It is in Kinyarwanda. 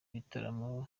ibitaramo